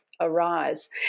arise